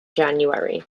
january